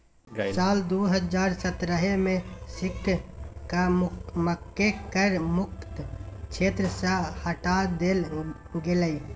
साल दू हजार सतरहे मे सिक्किमकेँ कर मुक्त क्षेत्र सँ हटा देल गेलै